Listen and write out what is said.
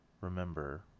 remember